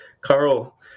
Carl